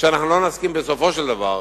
שאנחנו לא נסכים בסופו של דבר,